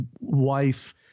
wife